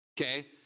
Okay